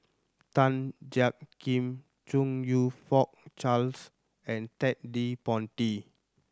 Tan Jiak Kim Chong You Fook Charles and Ted De Ponti